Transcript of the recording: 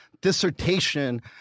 dissertation